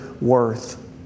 worth